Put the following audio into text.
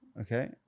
Okay